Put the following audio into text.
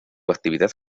actividad